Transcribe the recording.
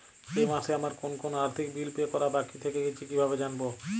এই মাসে আমার কোন কোন আর্থিক বিল পে করা বাকী থেকে গেছে কীভাবে জানব?